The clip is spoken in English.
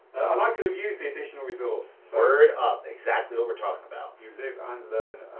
and i could have used the additional resources, so word up, exactly what we're talking about. you live and